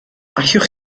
allwch